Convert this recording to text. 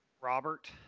Robert